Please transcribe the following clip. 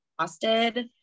exhausted